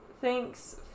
Thanks